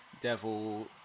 devil